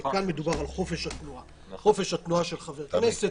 הרי כאן מדובר על חופש התנועה של חברי כנסת,